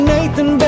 Nathan